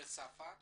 לצרפת